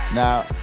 Now